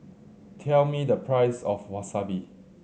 tell me the price of Wasabi